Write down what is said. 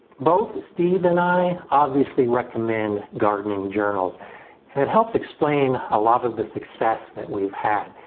both steve and i obviously recommend gardening journals and it helps explain a lot of the success that we've had.